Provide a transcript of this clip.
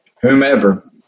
whomever